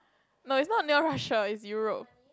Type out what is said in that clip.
not it's not near Russia it's Europe